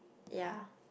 ya